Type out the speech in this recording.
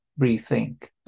rethink